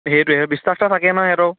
সেইটোৱে বিশ্বাস এটা থাকে নহয় সিহঁতৰো